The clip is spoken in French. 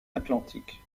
atlantic